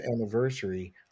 anniversary